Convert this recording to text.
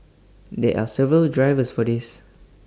there are several drivers for this